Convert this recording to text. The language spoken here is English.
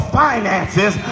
finances